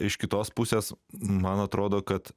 iš kitos pusės man atrodo kad